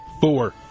Four